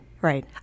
Right